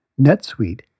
NetSuite